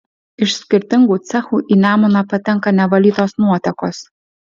iš skirtingų cechų į nemuną patenka nevalytos nuotekos